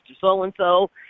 So-and-so